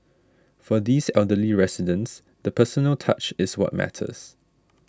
for these elderly residents the personal touch is what matters